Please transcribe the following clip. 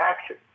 action